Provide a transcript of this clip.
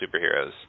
superheroes